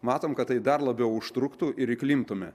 matom kad tai dar labiau užtruktų ir įklimptume